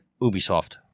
Ubisoft